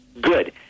good